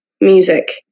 music